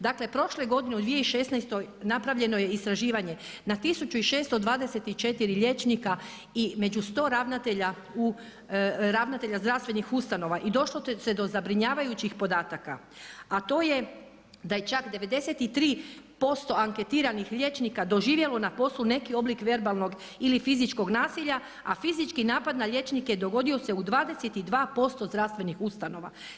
Dakle, prošle godine u 2016. napravljeno je istraživanje na 1624 liječnika i među 100 ravnatelja zdravstvenih ustanova i došlo se do zabrinjavajućih podataka, a to je da je čak 93% anketiranih liječnika doživjelo na poslu neki oblik verbalnog ili fizičkog nasilja, a fizički napad na liječnike dogodio se u 22% zdravstvenih ustanova.